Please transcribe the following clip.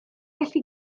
gallu